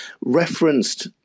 referenced